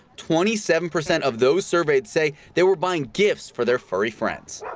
twenty seven percent of those surveyed say they were buying gifts for their furry friends,